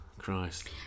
Christ